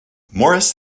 morris